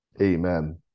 Amen